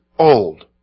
old